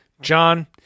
John